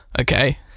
Okay